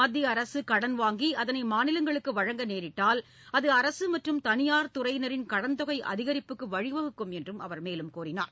மத்திய அரசு கடன் வாங்கி அதனை மாநிலங்களுக்கு வழங்க நேரிட்டால் அது அரசு மற்றும் தனியார் துறையினரின் கடன் தொகை அதிகரிப்புக்கு வழிவகுக்கும் என்றும் தெரிவித்தார்